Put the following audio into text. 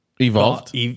Evolved